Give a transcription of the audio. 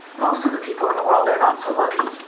most of the people in the world are not so lucky.